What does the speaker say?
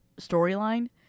storyline